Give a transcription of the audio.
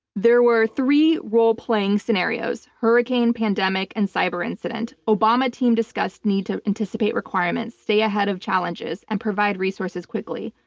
there were three role-playing scenarios hurricane, pandemic, and cyber incident. obama team discussed need to anticipate requirements, stay ahead of challenges and provide resources quickly.